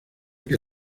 que